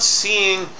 seeing